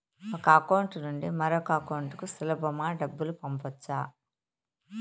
ఒక అకౌంట్ నుండి మరొక అకౌంట్ కు సులభమా డబ్బులు పంపొచ్చా